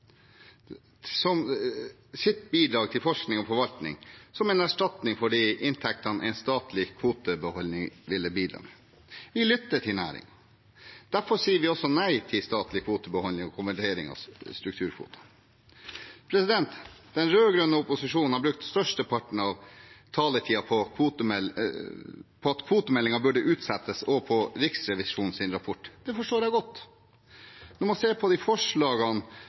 som deres bidrag til forskning og forvaltning, som en erstatning for de inntektene en statlig kvotebeholdning ville ha bidratt med. Vi lytter til næringen. Derfor sier vi også nei til statlig kvotebeholdning og konvertering av strukturkvoter. Den rød-grønne opposisjonen har brukt størsteparten av taletiden på at kvotemeldingen burde utsettes, og på Riksrevisjonens rapport. Det forstår jeg godt. Når man ser på forslagene